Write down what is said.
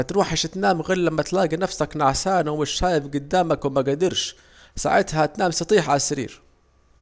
متروحش تنام غير لما تلاجي نفسك نعسان ومش شايف جدامك ومجدرش ساعتها هتنام سطيحة على السرير